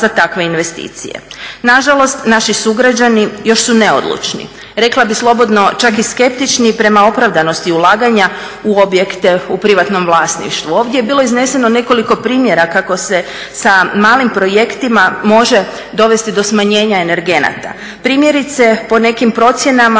za takve investicije. Na žalost, naši sugrađani još su neodlučni. Rekla bih slobodno čak i skeptični prema opravdanosti ulaganja u objekte u privatnom vlasništvu. Ovdje je bilo izneseno nekoliko primjera kako se sa malim projektima može dovesti do smanjenja energenata. Primjerice po nekim procjenama